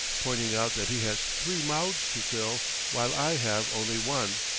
pointing out that he has three mouths to fill while i have only one.